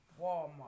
Walmart